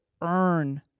earn